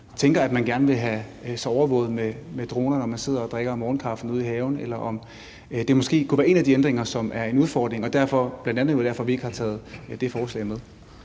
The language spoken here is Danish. tænker, at man gerne vil have sig overvåget af droner, når man sidder og drikker morgenkaffen ude i haven, eller om det måske kunne være en af de ændringer, som er en udfordring, og det bl.a. var derfor, vi ikke har taget det forslag med.